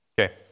Okay